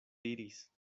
diris